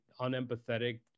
unempathetic